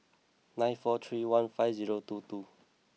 nine four three one five zero two two